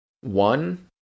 one